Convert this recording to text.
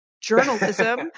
journalism